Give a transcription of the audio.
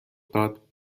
داد